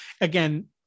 again